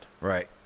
Right